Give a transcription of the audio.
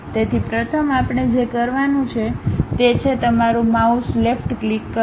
તેથી પ્રથમ આપણે જે કરવાનું છે તે છે તમારું માઉસ લેફ્ટ ક્લિક કરો